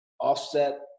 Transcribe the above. offset